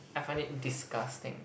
I find it disgusting